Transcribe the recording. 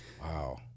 Wow